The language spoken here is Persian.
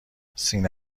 سینه